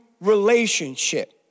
relationship